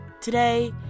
Today